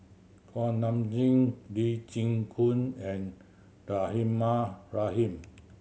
Kuak Nam Jin Lee Chin Koon and Rahimah Rahim